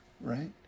right